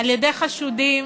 על-ידי חשודים